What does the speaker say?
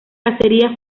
cacería